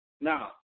Now